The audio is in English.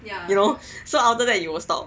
you know so after that you will stop